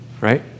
right